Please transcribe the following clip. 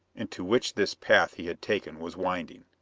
into which this path he had taken was winding.